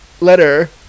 letter